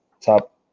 top